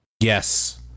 Yes